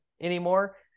anymore